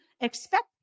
expect